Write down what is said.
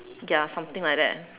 ya something like that